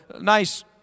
nice